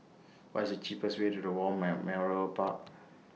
What IS The cheapest Way to The War Memorial Park